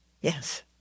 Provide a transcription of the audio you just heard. Yes